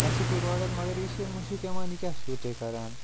مےٚ ہَسا کوٚر آرڈر مگر یہِ چھِ مُشک یِوان یہِ کیاہ چھو تُہۍ کَران